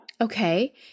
Okay